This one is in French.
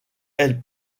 elle